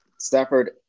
Stafford